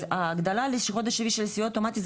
ההגדלה לחודש שביעי של סיוע האוטומטי,